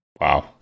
Wow